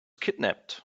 kidnapped